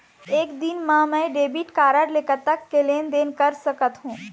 एक दिन मा मैं डेबिट कारड मे कतक के लेन देन कर सकत हो?